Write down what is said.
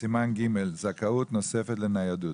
סימן ג', זכאות נוספת לניידות.